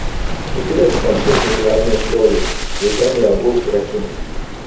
įkrėsiu tam šunsnukiui agnės broliui jei ten jie abu užsirakinę